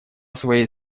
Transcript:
своей